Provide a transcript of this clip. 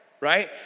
right